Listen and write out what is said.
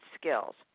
skills